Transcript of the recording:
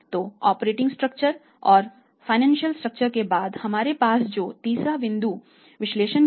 तो operating structure के बारे में